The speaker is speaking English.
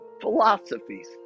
philosophies